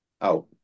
out